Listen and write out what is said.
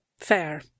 fair